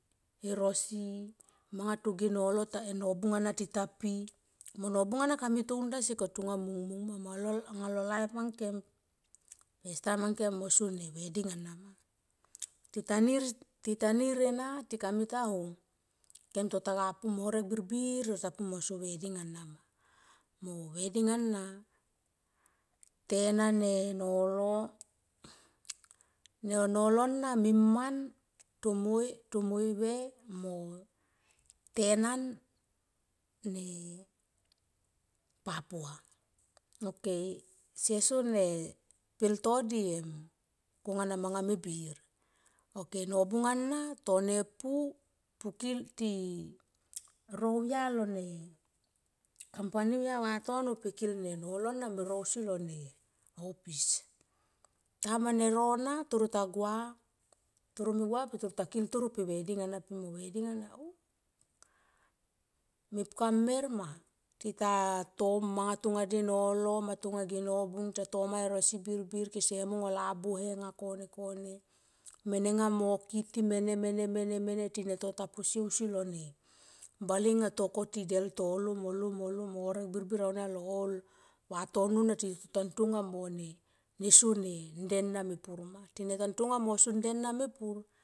E rosi manga toge nolo nobung ana tita pi mo nobung ana kami toun tasiek ko tonga mung mung ma anga lo laip ang kem pes taim ang kem mo so ne veding ana ma. Tita nir ena ti kami ta ho kem tota ga pu mo horek birbir tota pu mo so veding ana ma mo veding ana tenan ne nolo, nolo na miman tomaive mo tenan ne papua ok se sone pelto di em konga na manga me bir ok nobung ana to ne pu, pu kil ti ro au ya lone kampani au ya vatono pe kil ne nolo na me ro ausi lo ne ofis. Tim nero na taro ta gua toro me gua per taro ta kil toro pe veding ana pi mo va. Veding ana mepka merma tita tomanga tonga ge holo ma tonga ge nobung ta toma e rosi birbir kese mung on lobuhe anga kone kone menga mo kiti mene mene mene tine tota posie ausi lone bale nga to koti del to lo mo lo mo lo mo lo mo horek birbir aunia lo hol vatono na tito ta tonga mo ne so ne nde na mepur ma tine ta longa mo so nde na mepur